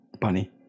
bunny